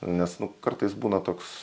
nes nu kartais būna toks